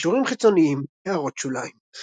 קישורים חיצוניים == הערות שוליים ==